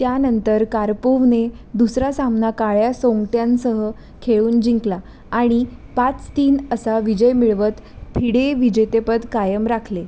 त्यानंतर कारपोवने दुसरा सामना काळ्या सोंगट्यांसह खेळून जिंकला आणि पाच तीन असा विजय मिळवत फिडे विजेतेपद कायम राखले